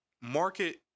market